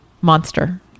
monster